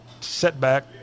setback